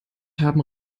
haben